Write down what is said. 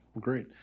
Great